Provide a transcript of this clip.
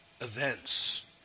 events